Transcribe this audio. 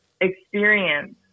experience